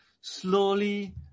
slowly